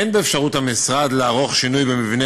אין באפשרות המשרד לערוך שינוי במבנה